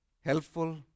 helpful